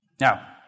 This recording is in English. Now